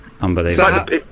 Unbelievable